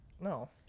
No